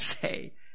say